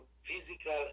physical